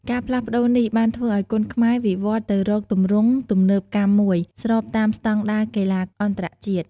ការផ្លាស់ប្តូរនេះបានធ្វើឱ្យគុនខ្មែរវិវត្តន៍ទៅរកទម្រង់ទំនើបកម្មមួយ ស្របតាមស្តង់ដារកីឡាអន្តរជាតិ។